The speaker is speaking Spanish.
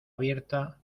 abierta